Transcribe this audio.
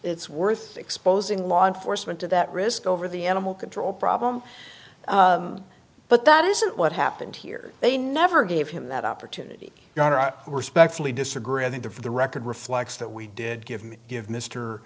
it's worth exposing law enforcement to that risk over the animal control problem but that isn't what happened here they never gave him that opportunity your honor i respectfully disagree i think the for the record reflects that we did give me give